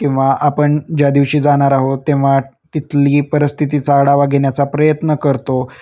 किंवा आपण ज्या दिवशी जाणार आहोत तेव्हा तिथली परिस्थितीचा आढावा घेण्याचा प्रयत्न करतो